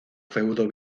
feudo